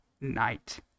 night